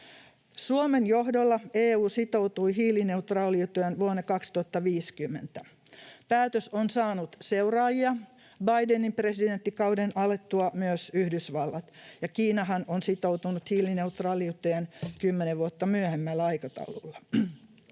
Suomen johdolla EU sitoutui hiilineutraaliuteen vuonna 2050. Päätös on saanut seuraajia: Bidenin presidenttikauden alettua myös Yhdysvallat, ja Kiinahan on sitoutunut hiilineutraaliuteen 10 vuotta myöhemmällä aikataululla.